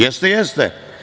Jeste, jeste.